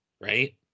right